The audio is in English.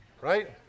Right